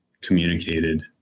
communicated